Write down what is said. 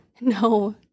No